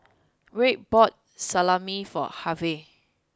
wade bought Salami for Harve